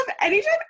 anytime